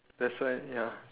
that's why ya